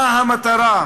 מה המטרה?